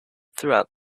throughout